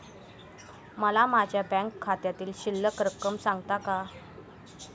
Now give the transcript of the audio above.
मला माझ्या बँक खात्यातील शिल्लक रक्कम सांगता का?